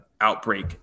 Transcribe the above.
outbreak